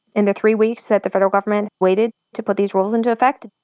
in the three weeks that the federal government waited to put these rules into effect.